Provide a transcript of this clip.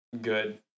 Good